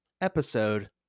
episode